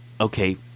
okay